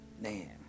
Man